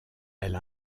elle